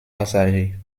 passagers